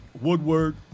Woodward